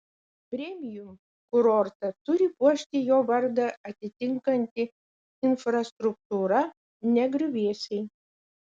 premium kurortą turi puošti jo vardą atitinkanti infrastruktūra ne griuvėsiai